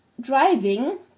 driving